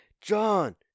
John